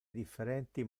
differenti